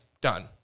done